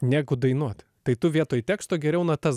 negu dainuot tai tu vietoj teksto geriau natas